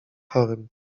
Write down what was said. chorym